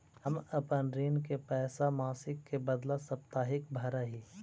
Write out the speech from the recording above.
हम अपन ऋण के पैसा मासिक के बदला साप्ताहिक भरअ ही